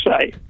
say